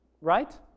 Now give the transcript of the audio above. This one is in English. right